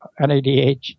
NADH